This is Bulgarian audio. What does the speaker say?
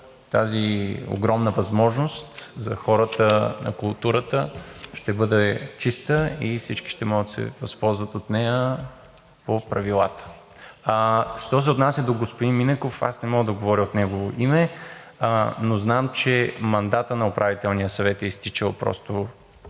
тази огромна възможност за хората на културата ще бъде чиста и всички ще могат да се възползват от нея по правилата. Що се отнася до господин Минеков, аз не мога да говоря от негово име, но знам, че мандатът на Управителния съвет е изтичал просто